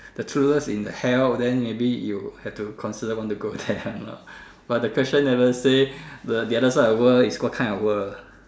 the true love in the hell then maybe you have to consider want to go there or not but the question never say the the other side of the world is what kind of world